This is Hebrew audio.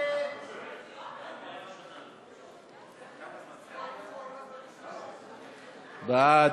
ובמאגר מידע (תיקון והוראת שעה),